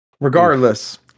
Regardless